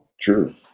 True